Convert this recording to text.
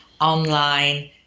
online